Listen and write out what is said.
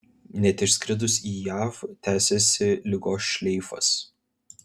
net išskridus į jav tęsėsi ligos šleifas